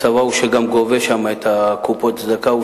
הצבא הוא גם זה שגובה את קופות הצדקה,